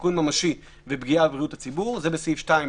שסיכון ממשי ופגיעה בבריאות הציבור זה בסעיף 2,